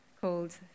called